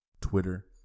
Twitter